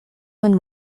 when